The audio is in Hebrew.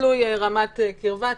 -- תלוי רמת קירבה,